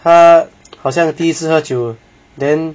他好像是第一次喝酒 then